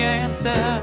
answer